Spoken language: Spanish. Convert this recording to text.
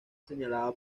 señalaba